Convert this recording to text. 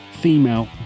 female